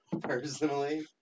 personally